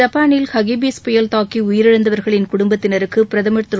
ஜப்பானில் ஹகிபிஸ் புயல் தாக்கி உயிரிழந்தவர்களின் குடும்பத்தினருக்கு பிரதமர் திரு